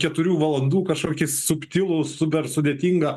keturių valandų kažkokį subtilų super sudėtingą